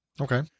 Okay